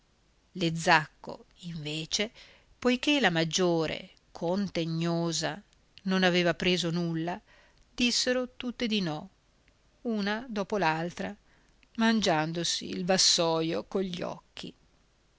le zacco invece poiché la maggiore contegnosa non aveva preso nulla dissero tutte di no una dopo l'altra mangiandosi il vassoio cogli occhi